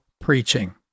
preaching